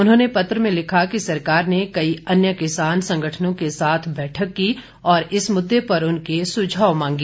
उन्होंने पत्र में लिखा कि सरकार ने कई अन्य किसान संगठनों के साथ बैठक की और इस मुद्दे पर उनके सुझाव मांगे